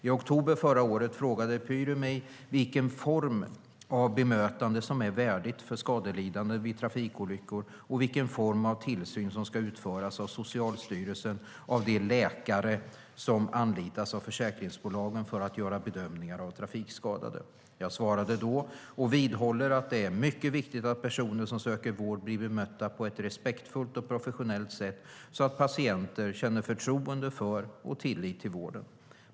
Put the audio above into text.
I oktober förra året frågade Pyry mig vilken form av bemötande som är värdigt för skadelidande vid trafikolyckor och vilken form av tillsyn som ska utföras av Socialstyrelsen av de läkare som anlitas av försäkringsbolagen för att göra bedömningar av trafikskadade. Jag svarade då och vidhåller att det är mycket viktigt att personer som söker vård blir bemötta på ett respektfullt och professionellt sätt så att patienter känner förtroende för och tillit till vården.